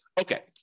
Okay